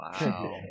wow